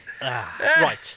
Right